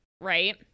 right